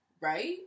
Right